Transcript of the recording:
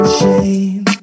shame